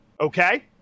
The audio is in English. Okay